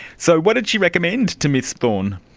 so what did she recommend to ms thorne?